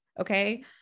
Okay